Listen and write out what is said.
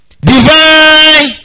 Divine